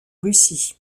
russie